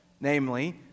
Namely